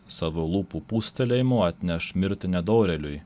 savo lūpų pūstelėjimu atneš mirtį nedorėliui